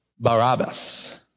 Barabbas